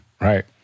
right